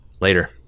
later